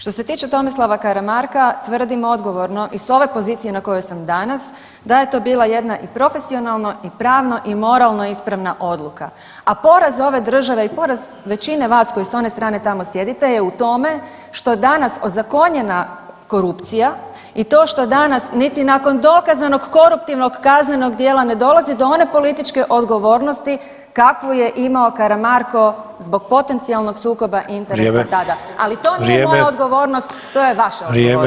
Što se tiče Tomislava Karamarka tvrdim odgovorno i s ove pozicije na kojoj sam danas da je to bila jedna i profesionalno i pravno i moralno ispravna odluka, a poraz ove države i poraz većine vas koji s one strane tamo sjedite je u tome što je danas ozakonjena korupcija i to što danas niti nakon dokazanog koruptivnog kaznenog djela ne dolazi do one političke odgovornosti kakvu je imao Karamarko zbog potencionalnog sukoba interesa tada, ali to nije moja odgovornost, to je vaša odgovornost.